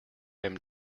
him